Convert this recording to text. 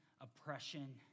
oppression